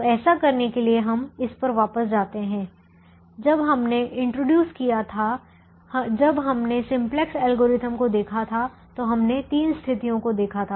तो ऐसा करने के लिए हम इस पर वापस जाते हैं जब हमने इंट्रोड्यूस किया था जब हमने सिम्प्लेक्स एल्गोरिथम को देखा था तो हमने तीन स्थितियों को देखा था